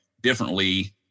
differently